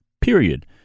period